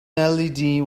led